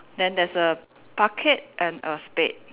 then there's a bucket and a spade